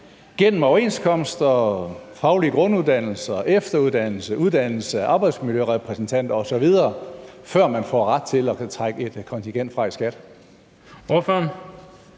gennem overenskomster og faglige grunduddannelser, efteruddannelse, uddannelse af arbejdsmiljørepræsentanter osv., før man får ret til at kunne trække et kontingent fra i skat?